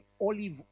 olive